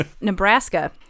Nebraska